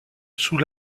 sous